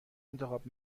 انتخاب